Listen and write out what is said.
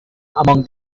among